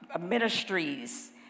ministries